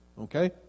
okay